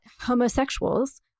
homosexuals